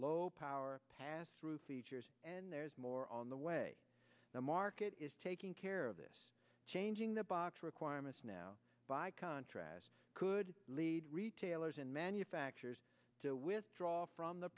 low power passthrough features and there's more on the way the market is taking care of this changing the box requirements now by contrast could lead retailers and manufacturers to withdraw from the